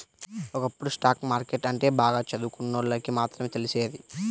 ఒకప్పుడు stock market అంటే బాగా చదువుకున్నోళ్ళకి మాత్రమే తెలిసేది